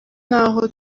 n’aho